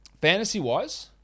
Fantasy-wise